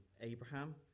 Abraham